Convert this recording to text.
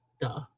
Duh